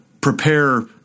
prepare